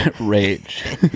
rage